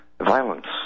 violence